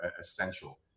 essential